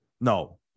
No